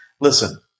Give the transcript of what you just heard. Listen